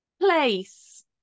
place